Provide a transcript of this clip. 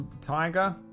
Tiger